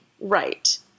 Right